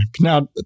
now